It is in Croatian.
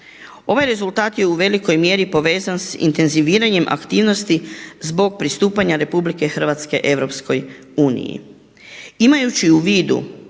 Ovaj rezultat je u velikoj mjeri povezan sa intenziviranjem aktivnosti zbog pristupanja RH EU.